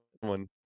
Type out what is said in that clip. one